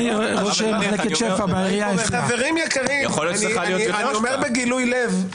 אני אומר בגילוי לב,